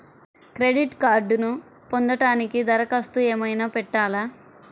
Credit కార్డ్ను పొందటానికి దరఖాస్తు ఏమయినా పెట్టాలా?